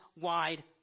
wide